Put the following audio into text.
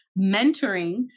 mentoring